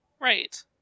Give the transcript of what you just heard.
right